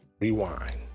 rewind